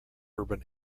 urban